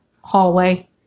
hallway